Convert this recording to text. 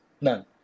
None